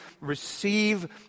receive